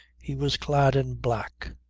he was clad in black.